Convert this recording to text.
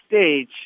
stage